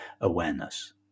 awareness